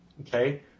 Okay